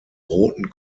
roten